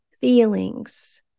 feelings